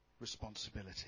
responsibility